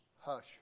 hush